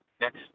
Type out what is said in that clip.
next